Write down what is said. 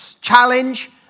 challenge